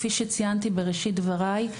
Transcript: כפי שציינתי בראשית דבריי,